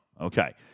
Okay